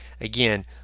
again